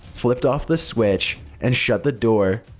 flipped off the switch, and shut the door.